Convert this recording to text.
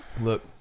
look